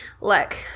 Look